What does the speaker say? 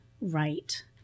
right